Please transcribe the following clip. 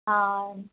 ಹಾಂ